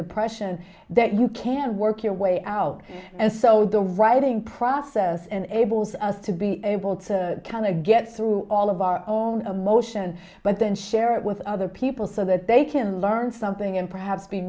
depression that you can work your way out and so the writing process in abel's us to be able to kind of get through all of our own emotions but then share it with other people so that they can learn something and perhaps be